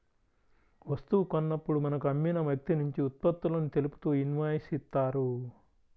వస్తువు కొన్నప్పుడు మనకు అమ్మిన వ్యక్తినుంచి ఉత్పత్తులను తెలుపుతూ ఇన్వాయిస్ ఇత్తారు